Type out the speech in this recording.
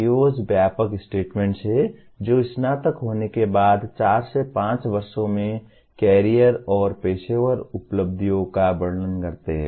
PEOs व्यापक statements हैं जो स्नातक होने के बाद चार से पांच वर्षों में कैरियर और पेशेवर उपलब्धियों का वर्णन करते हैं